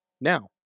now